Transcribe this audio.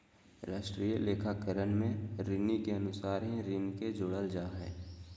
राष्ट्रीय लेखाकरण में ऋणि के अनुसार ही ऋण के जोड़ल जा हइ